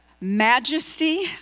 majesty